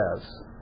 says